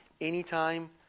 anytime